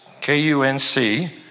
KUNC